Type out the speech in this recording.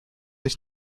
ich